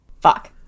Fuck